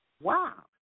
Wow